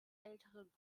älteren